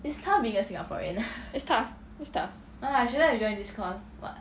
it's tough it's tough